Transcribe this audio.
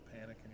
panic